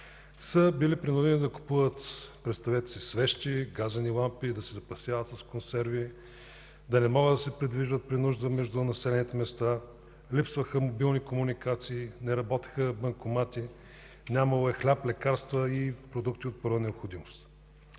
са били принудени да купуват, представете си, свещи, газени лампи; да се запасяват с консерви; да не могат да се придвижват при нужда между населените места; липсвали са мобилни комуникации; не са работели банкоматите, нямало е хляб, лекарства и продукти от първа необходимост,